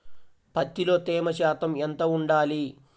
పత్తిలో తేమ శాతం ఎంత ఉండాలి?